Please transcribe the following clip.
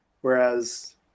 whereas